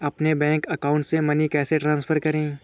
अपने bank account से money कैसे ट्रांसफर करें?